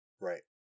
right